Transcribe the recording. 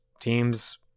teams